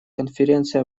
конференции